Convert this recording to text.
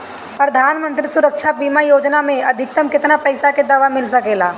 प्रधानमंत्री सुरक्षा बीमा योजना मे अधिक्तम केतना पइसा के दवा मिल सके ला?